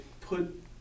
put